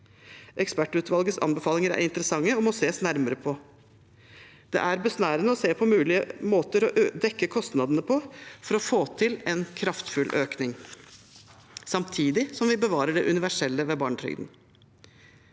Ekspertutvalgets anbefalinger er interessante og må ses nærmere på. Det er besnærende å se på mulige måter å dekke kostnadene på for å få til en kraftfull økning, samtidig som vi bevarer det universelle ved barnetrygden.